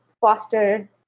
foster